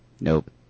nope